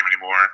anymore